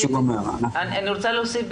אני רוצה להוסיף,